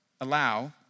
allow